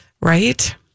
Right